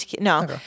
No